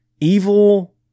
evil